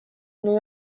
new